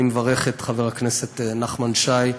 אני מברך את חבר הכנסת נחמן שי,